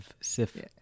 Sif